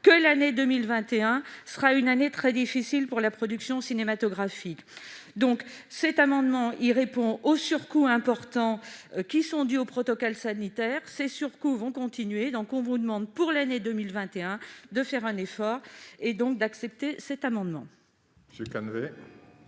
que l'année 2021 sera une année très difficile pour la production cinématographique, donc, cet amendement, il répond aux surcoûts importants qui sont du au protocole sanitaire ces surcoûts vont continuer, donc on vous demande pour l'année 2021, de faire un effort, et donc d'accepter cet amendement.